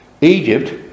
Egypt